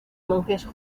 monjes